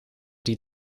die